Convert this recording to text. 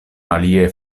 alie